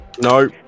No